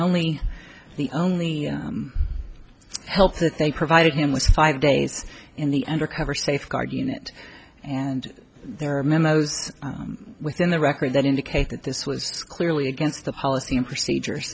only the only help that they provided him was five days in the undercover safe guard unit and there are memos within the record that indicate that this was clearly against the policy and procedures